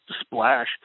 splash